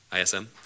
ISM